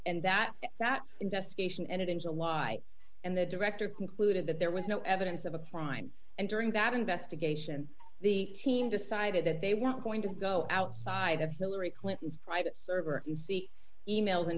and that that investigation and it is a lie and the director concluded that there was no evidence of a crime and during that investigation the team decided that they were not going to go outside of hillary clinton's private server and see e mails and